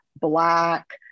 black